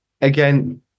Again